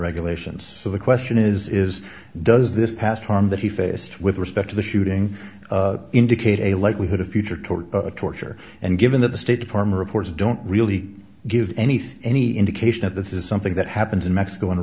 regulations so the question is is does this past harm that he faced with respect to the shooting indicate a likelihood of future toward torture and given that the state department reports don't really give anything any indication of this is something that happens in mexico on a